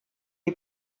die